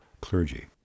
clergy